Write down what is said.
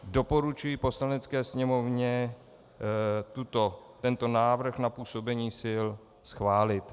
Doporučuji Poslanecké sněmovně tento návrh na působení sil schválit.